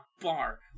Bar